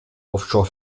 offshore